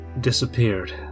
disappeared